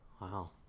Wow